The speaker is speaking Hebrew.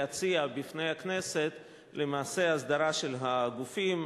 להציע בפני הכנסת למעשה הסדרה של הגופים,